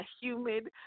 humid